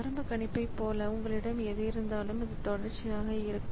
ஆரம்ப கணிப்பைப் போல உங்களிடம் எது இருந்தாலும் அது தொடர்ச்சியாக இருக்கும்